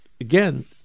again